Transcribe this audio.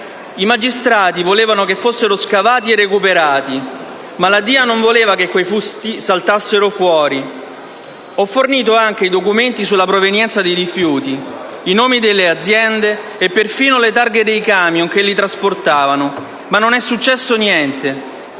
I magistrati volevano che fossero scavati e recuperati, ma la DIA non voleva che quei fusti saltassero fuori. Ho fornito anche i documenti sulla provenienza dei rifiuti, i nomi delle aziende e perfino le targhe dei *camion* che li trasportavano, ma non è successo niente.